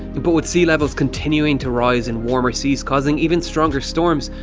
but with sea levels continuing to rise and warmers seas causing even stronger storms,